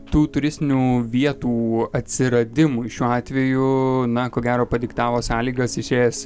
tų turistinių vietų atsiradimui šiuo atveju na ko gero padiktavo sąlygas išėjęs